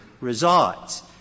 resides